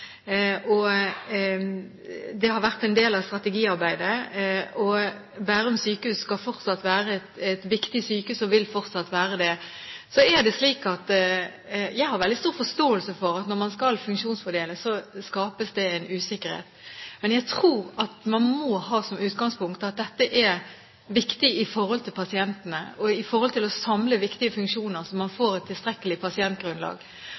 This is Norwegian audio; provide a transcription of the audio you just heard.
et viktig sykehus. Jeg har veldig stor forståelse for at når man skal funksjonsfordele, skapes det en usikkerhet. Men jeg tror at man må ha som utgangspunkt at dette er viktig i forhold til pasientene og for å samle viktige funksjoner, slik at man får et tilstrekkelig pasientgrunnlag.